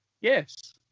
Yes